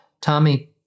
Tommy